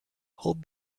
hold